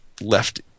Left